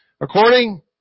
according